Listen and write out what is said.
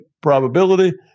probability